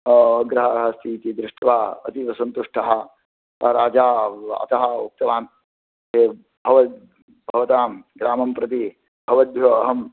अग्रहारः अस्तीति दृष्ट्वा अतीवसन्तुष्टः सः राजा अतः उक्तवान् एवं भव् भवतां ग्रामं प्रति भवद्भ्यो अहम्